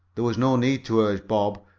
there was no need to urge bob,